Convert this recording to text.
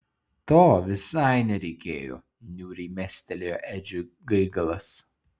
to visai nereikėjo niūriai mestelėjo edžiui gaigalas